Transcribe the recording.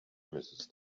mrs